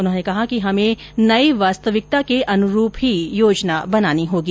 उन्होंने कहा कि हमें नई वास्तविकता के अनुरूप ही योनजा बनानी होगी